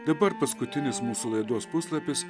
dabar paskutinis mūsų laidos puslapis